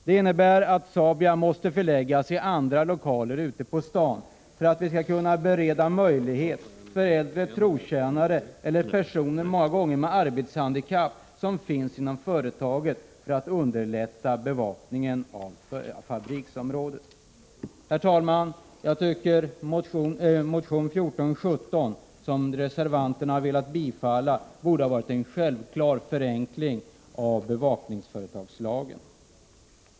Det innebär att Saabia måste förläggas till lokaler ute på stan för att vi skall kunna bereda äldre trotjänare eller personer med arbetshandikapp som finns inom företaget arbete med bevakning av fabriksområdet. Herr talman! Förslaget i motion 1417, som reservanterna har tillstyrkt, borde ha varit en självklar förenkling av bevakningsföretagslagen.